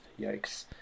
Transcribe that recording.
yikes